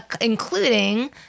including